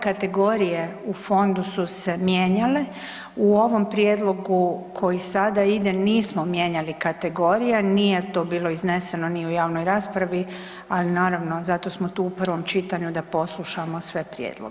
Kategorije u fondu su se mijenjale, u ovom prijedlogu koji sada ide nismo mijenjali kategorije, nije to bilo izneseno ni u javnoj raspravi, ali naravno zato smo tu u prvom čitanju da poslušamo sve prijedloge.